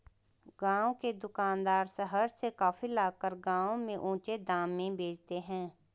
गांव के दुकानदार शहर से कॉफी लाकर गांव में ऊंचे दाम में बेचते हैं